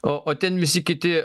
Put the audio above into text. o o ten visi kiti